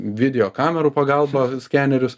video kamerų pagalba skenerius